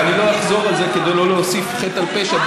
במה,